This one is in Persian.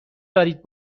دارید